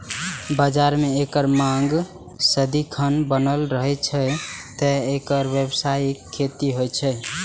बाजार मे एकर मांग सदिखन बनल रहै छै, तें एकर व्यावसायिक खेती होइ छै